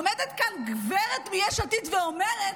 עומדת כאן גברת מיש עתיד ואומרת